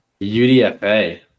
UDFA